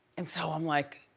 and so i'm like,